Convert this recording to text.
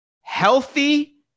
Healthy